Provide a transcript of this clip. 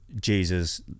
jesus